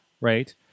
right